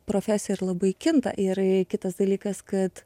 profesija ir labai kinta ir kitas dalykas kad